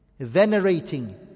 venerating